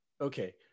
okay